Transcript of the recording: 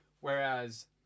Whereas